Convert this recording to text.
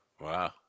Wow